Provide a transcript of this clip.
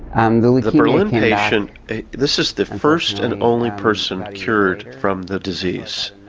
um the like the berlin patient this is the first and only person cured from the disease.